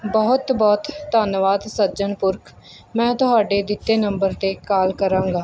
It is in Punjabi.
ਬਹੁਤ ਬਹੁਤ ਧੰਨਵਾਦ ਸੱਜਣ ਪੁਰਖ ਮੈਂ ਤੁਹਾਡੇ ਦਿੱਤੇ ਨੰਬਰ 'ਤੇ ਕਾਲ ਕਰਾਂਗਾ